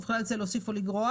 ובכלל זה להוסיף או לגרוע,